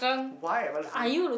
why am I looking